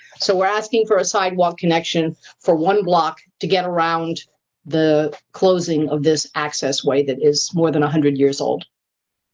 so we're asking for a sidewalk connection for one block to get around the closing of this access way that is more than a one hundred years old.